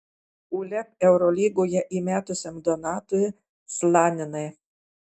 uleb eurolygoje įmetusiam donatui slaninai